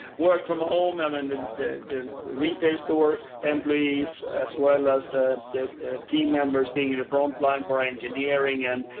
worked from home um and and. the retail store employees, as well as the the team members being and front um line for engineering and.